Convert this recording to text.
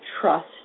trust